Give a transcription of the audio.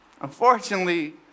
unfortunately